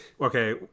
Okay